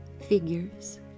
Figures